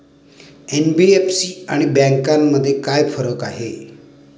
NBFC आणि बँकांमध्ये काय फरक आहे?